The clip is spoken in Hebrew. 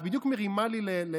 את בדיוק מרימה לי להמשך.